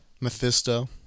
Mephisto